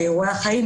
באירועי החיים,